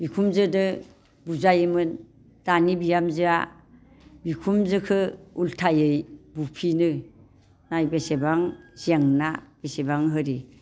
बिखुमजोजों बुजायोमोन दानि बिहामजोआ बिखुमजोखौ उल्थायै बुफिनो नाय बेसेबां जेंना बेसेबां ओरि